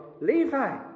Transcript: Levi